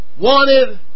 wanted